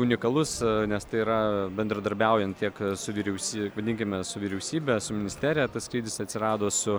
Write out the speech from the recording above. unikalus nes tai yra bendradarbiaujant tiek su vyriausy vadinkime su vyriausybe su ministerija tas skrydis atsirado su